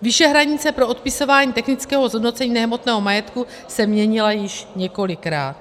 Výše hranice pro odpisování technického zhodnocení nehmotného majetku se měnila již několikrát.